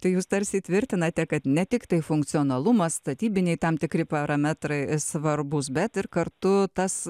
tai jūs tarsi įtvirtinate kad ne tiktai funkcionalumas statybiniai tam tikri parametrai svarbūs bet ir kartu tas